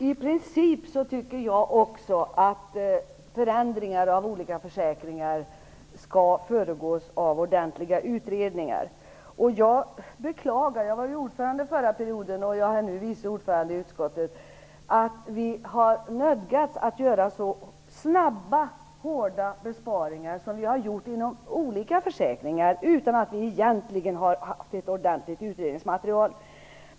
Fru talman! I princip tycker jag också att förändringar av olika försäkringar skall föregås av ordentliga utredningar. Jag var ordförande i utskottet förra perioden och är nu vice ordförande och jag beklagar att vi har nödgats att göra så snabba, hårda besparingar som vi har gjort inom olika försäkringar, utan att vi egentligen har haft ett ordentligt utredningsmaterial.